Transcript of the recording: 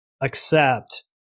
accept